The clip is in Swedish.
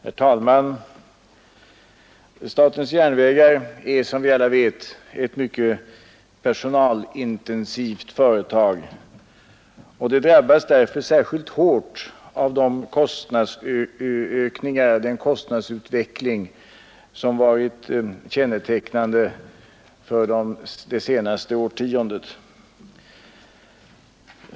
Herr talman! Statens järnvägar är, som vi alla vet, ett mycket personalintensivt företag och det drabbas därför särskilt hårt av den kostnadsutveckling som varit kännetecknande för det senaste årtiondet.